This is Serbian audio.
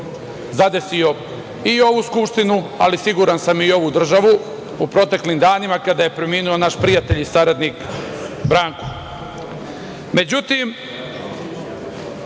zadesio i ovu Skupštinu, ali siguran sam i ovu državu u proteklim danima kada je preminuo naš prijatelj i saradnik,